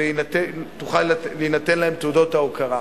וברמה האישית, ותוכל להינתן להם תעודת ההוקרה.